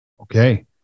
Okay